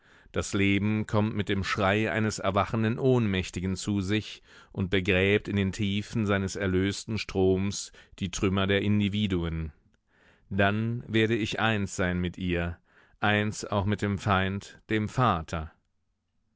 das leben kommt mit dem schrei eines erwachenden ohnmächtigen zu sich und begräbt in den tiefen seines erlösten stroms die trümmer der individuen dann werde ich eins sein mit ihr eins auch mit dem feind dem vater